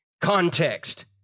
context